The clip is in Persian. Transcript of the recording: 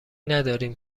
نداریم